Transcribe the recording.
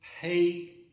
pay